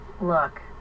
Look